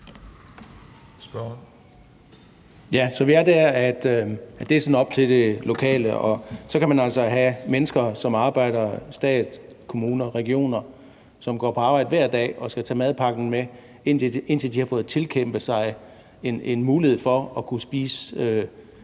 hvor det sådan er op til det lokale, og så kan man altså have mennesker, som arbejder i staten eller i en kommune eller region, og som går på arbejde hver dag og skal tage madpakken med, indtil de har fået tilkæmpet sig en mulighed for at kunne spise